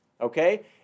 okay